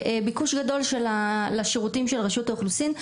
וביקוש גדול לשירותים של רשות האוכלוסין.